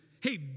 Hey